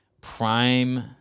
prime